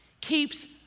keeps